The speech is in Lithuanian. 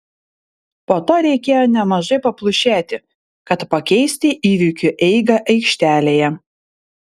po to reikėjo nemažai paplušėti kad pakeisti įvykių eigą aikštelėje